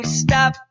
stop